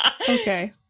Okay